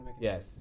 Yes